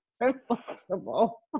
impossible